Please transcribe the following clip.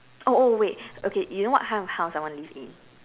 oh oh wait okay you know what kind of house I want to live in